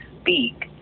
speak